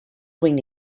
wing